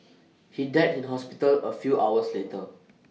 he died in hospital A few hours later